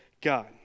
God